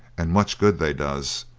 and much good they does.